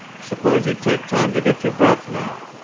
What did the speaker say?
suppose you take time to get your breath now.